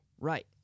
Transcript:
Right